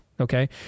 Okay